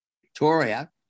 Victoria